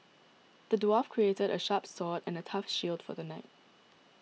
the dwarf crafted a sharp sword and a tough shield for the knight